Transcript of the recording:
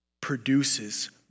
produces